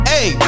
Hey